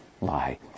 lie